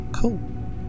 Cool